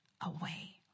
away